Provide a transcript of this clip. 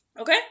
Okay